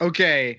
Okay